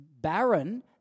barren